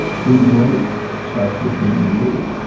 being great starts with being you.